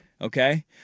Okay